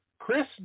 Chris